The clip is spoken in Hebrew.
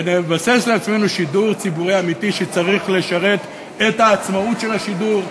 ונבסס לעצמנו שידור ציבורי אמיתי שצריך לשרת את העצמאות של השידור,